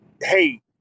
hey